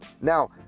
now